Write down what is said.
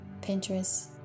Pinterest